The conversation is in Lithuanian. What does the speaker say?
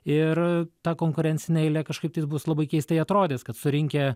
ir ta konkurencinė eilė kažkaip bus labai keistai atrodys kad surinkę